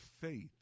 faith